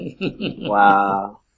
Wow